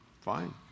Fine